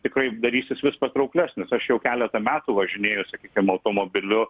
tikrai darysis vis patrauklesnis aš jau keletą metų važinėju sakykim automobiliu